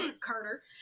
Carter